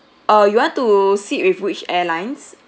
uh you want to sit with which airlines